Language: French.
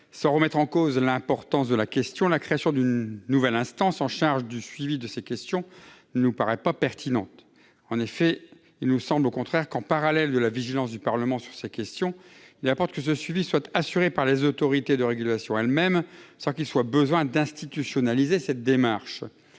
Sans remettre en cause l'importance du sujet, la création d'une nouvelle instance chargée du suivi de ces questions ne nous paraît pas pertinente. En effet, il nous semble au contraire qu'en parallèle de la vigilance du Parlement sur ces questions, il importe que le suivi soit assuré par les autorités de régulation elles-mêmes sans qu'il soit besoin d'institutionnaliser cette démarche.